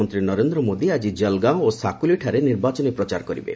ପ୍ରଧାନମନ୍ତ୍ରୀ ନରେନ୍ଦ୍ର ମୋଦି ଆଜି ଜଲଗାଓଁ ଓ ଶାକୁଲିଠାରେ ନିର୍ବାଚନୀ ପ୍ରଚାର କରିବେ